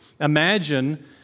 Imagine